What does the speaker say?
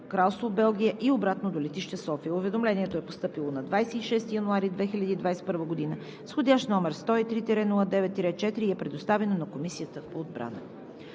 Кралство Белгия, и обратно до летище София. Уведомлението е постъпило на 26 януари 2021 г. с входящ № 103-09-4 и е предоставено на Комисията по отбрана.